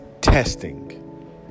testing